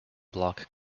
bloc